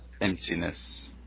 emptiness